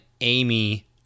Amy